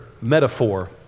metaphor